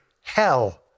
hell